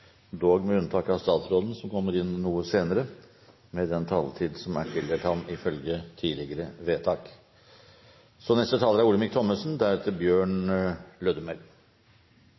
dog med unntak av statsråden som kommer inn noe senere med den taletid som er tildelt ham ifølge tidligere vedtak.